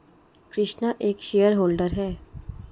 कृष्णा एक shareholder है